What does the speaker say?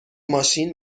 ماشین